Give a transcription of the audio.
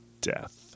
death